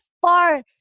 far